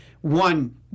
one